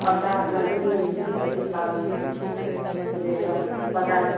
पता आर लगेलियैहँ कि नहि तरकारी आरके रेट आर पता